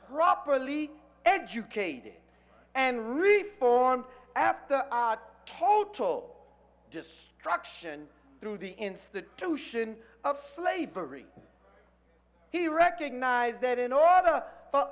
properly educated and reformed after total destruction through the institution of slavery he recognized that in order for